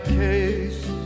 case